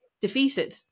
defeated